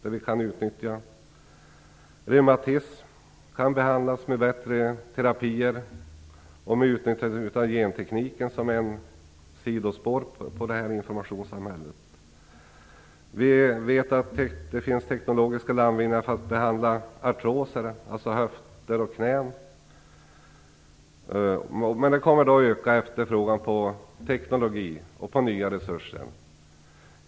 Reumatism kan behandlas med bättre terapier med utnyttjandet av gentekniken, som är ett sidospår till informationssamhället. Vi vet att det gjorts teknologiska landvinningar i behandlingen av artroser, dvs. höfter och knän. Det kommer att öka efterfrågan på teknologi och på nya resurser.